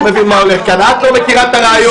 את לא מכירה את הראיות,